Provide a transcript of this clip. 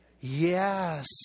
Yes